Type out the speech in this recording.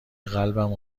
قلبم